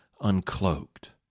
uncloaked